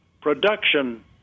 production